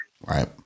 Right